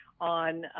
on